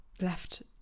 left